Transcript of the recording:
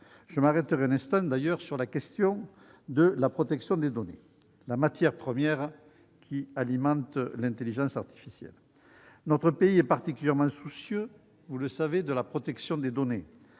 Je m'arrêterai un instant sur la question de la protection des données, la matière première qui alimente l'intelligence artificielle. Notre pays est particulièrement soucieux de la protection des données,